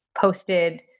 posted